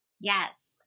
Yes